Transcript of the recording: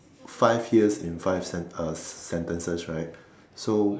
five years in five sent~ uh sentences right so